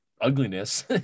ugliness